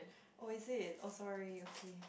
oh is it oh sorry okay